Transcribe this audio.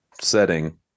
setting